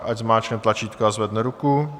Ať zmáčkne tlačítko a zvedne ruku.